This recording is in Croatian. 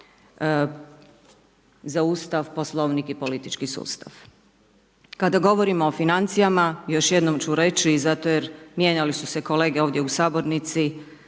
za Ustav, Poslovnik i politički sustav. Kada govorimo o financijama, još jednom ću reći, i zato jer mijenjali su se kolege ovdje u Sabornici,